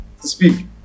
speak